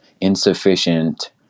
insufficient